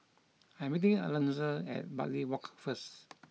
I am meeting Alonza at Bartley Walk first